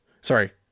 Sorry